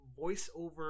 voiceover